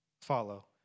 follow